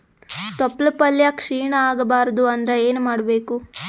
ತೊಪ್ಲಪಲ್ಯ ಕ್ಷೀಣ ಆಗಬಾರದು ಅಂದ್ರ ಏನ ಮಾಡಬೇಕು?